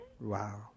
Wow